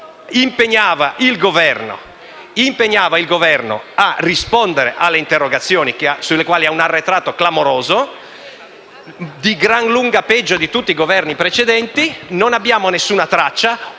impegna il Governo a rispondere alle interrogazioni su cui ha un arretrato clamoroso, di gran lunga peggiore di quello di tutti i Governi precedenti. Non abbiamo nessuna traccia.